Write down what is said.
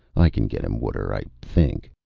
i can get him water, i think.